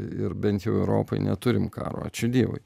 ir bent jau europoj neturim karo ačiū dievui